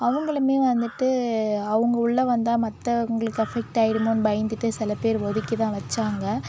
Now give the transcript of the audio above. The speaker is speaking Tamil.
அவங்களுமே வந்துட்டு அவங்க உள்ளே வந்தால் மற்றவங்களுக்கு அஃபெக்ட் ஆகிடுமோன்னு பயந்துகிட்டு சில பேர் ஒதுக்கிதான் வைச்சாங்க